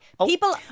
people